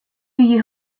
you